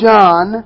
John